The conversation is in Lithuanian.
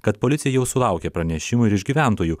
kad policija jau sulaukė pranešimų ir iš gyventojų